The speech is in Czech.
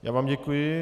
Já vám děkuji.